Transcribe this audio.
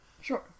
Sure